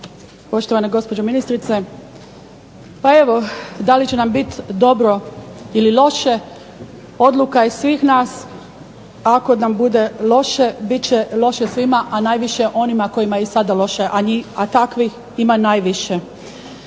poštovana gospođo ministrice. Pa evo da li će nam biti dobro ili loše odluka je svih nas ako nam bude loše bit će loše svima, a najviše onima kojima je i sada loše a takvih ima najviše.